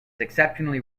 exceptionally